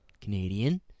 Canadian